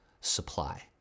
supply